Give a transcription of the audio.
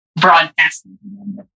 broadcasting